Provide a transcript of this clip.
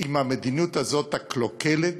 עם המדיניות הזאת, הקלוקלת,